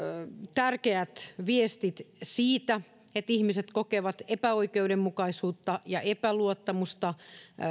tärkeät viestit siitä että ihmiset kokevat epäoikeudenmukaisuutta ja epäluottamusta